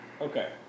Okay